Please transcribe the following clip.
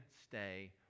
stay